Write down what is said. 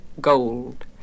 gold